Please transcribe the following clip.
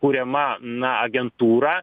kuriama na agentūra